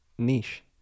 niche